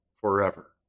forever